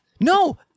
No